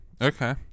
okay